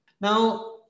Now